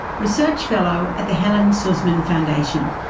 research fellow at the helen suzman foundation.